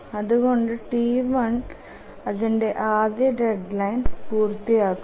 അതുകൊണ്ട് T1 അതിന്ടെ ആദ്യ ഡെഡ്ലൈൻ പൂർത്തിയാകുന്നു